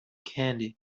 candy